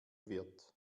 wird